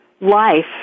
life